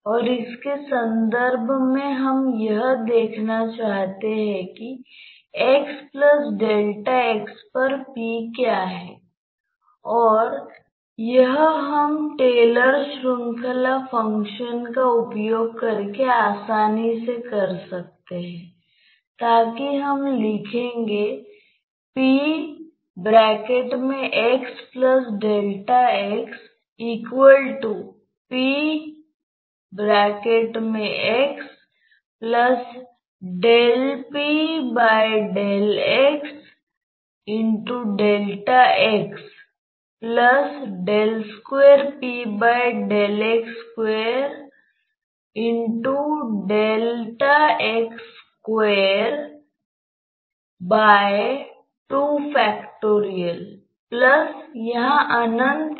आपका उद्देश्य x यानी uv के फंक्शन के रूप में वेग के घटक u और v का पता लगाना है और किसी दिए गए x या शायद किसी दिए गए x y पर द्रव का त्वरण क्या है